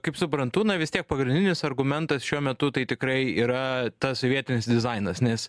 kaip suprantu na vis tiek pagrindinis argumentas šiuo metu tai tikrai yra tas sovietinis dizainas nes